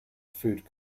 food